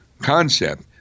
concept